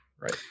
right